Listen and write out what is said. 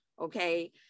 okay